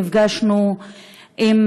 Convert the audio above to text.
נפגשנו עם